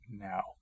now